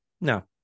no